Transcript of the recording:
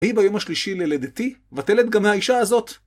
ויהי ביום השלישי ללידתי, ותלד גם מהאישה הזאת.